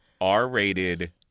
R-rated